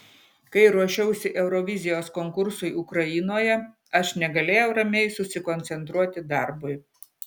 kai ruošiausi eurovizijos konkursui ukrainoje aš negalėjau ramiai susikoncentruoti darbui